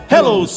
Hello